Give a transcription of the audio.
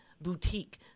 boutique